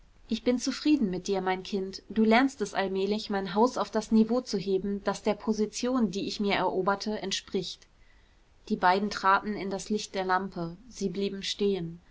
ich bin zufrieden mit dir mein kind du lernst es allmählich mein haus auf das niveau zu heben das der position die ich mir eroberte entspricht die beiden traten in das licht der lampe sie blieben stehen